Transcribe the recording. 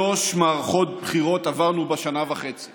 הוא רק התחיל.